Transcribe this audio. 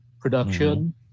production